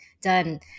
done